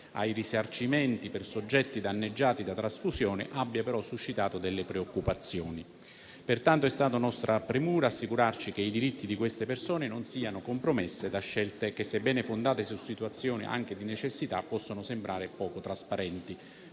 ai risarcimenti per i soggetti danneggiati dalle trasfusioni abbia suscitato delle preoccupazioni. Pertanto è stata nostra premura assicurarci che i diritti di queste persone non siano compromessi da scelte che, sebbene fondate su situazioni di necessità, possono sembrare poco trasparenti.